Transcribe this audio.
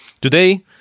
Today